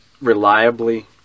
reliably